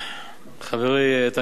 חברי איתן כבל,